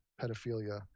pedophilia